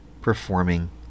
performing